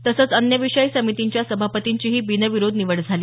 तसंच अन्य विषय समितींच्या सभापतींचीही बिनविरोध निवड झाली